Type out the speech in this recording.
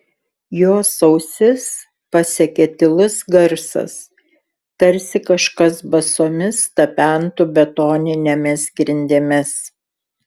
jos ausis pasiekė tylus garsas tarsi kažkas basomis tapentų betoninėmis grindimis